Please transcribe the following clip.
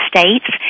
States